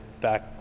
back